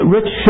Rich